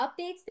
updates